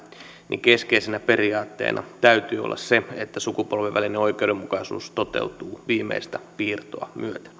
niin keskeisenä periaatteena täytyy olla se että sukupolvien välinen oikeudenmukaisuus toteutuu viimeistä piirtoa myöten se on